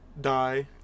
die